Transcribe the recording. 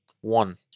one